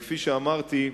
כפי שאמרתי,